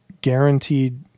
guaranteed